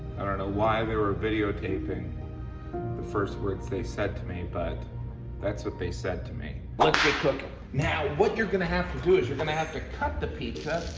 i don't know why they were video taping the first words they said to me but that's what they said me. let's get cookin'. now, what you're gonna have to do is you're gonna have to cut the pizza.